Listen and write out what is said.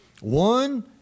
One